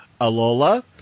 Alola